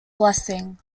blessing